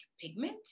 pigment